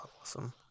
awesome